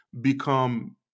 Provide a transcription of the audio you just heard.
become